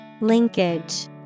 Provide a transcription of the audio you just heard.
Linkage